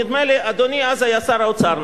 נדמה לי שאדוני היה אז שר האוצר,